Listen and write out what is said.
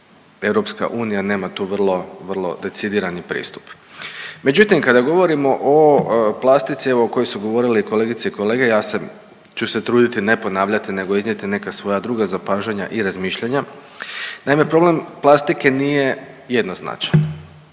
igdje da EU nema tu vrlo, vrlo decidirani pristup. Međutim kada govorimo o plastici evo o kojoj su govorili kolegice i kolege, ja sam ću se truditi ne ponavljati nego iznijeti neka svoja druga zapažanja i razmišljanja. Naime problem plastike nije jednoznačan.